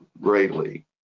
greatly